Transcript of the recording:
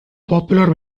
popular